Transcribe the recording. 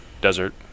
desert